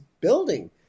building